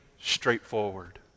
straightforward